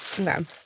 Okay